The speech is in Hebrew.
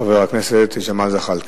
חבר הכנסת ג'מאל זחאלקה,